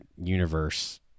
universe